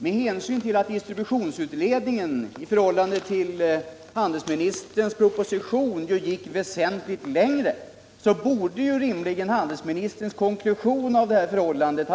Med hänsyn till att distributionsutredningen i förhållande till handelsministerns proposition gick väsentligt längre borde rimligen handelsministerns konklusion ha